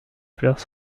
fleurs